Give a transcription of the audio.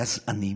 גזענים,